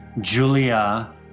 Julia